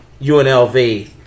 UNLV